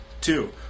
two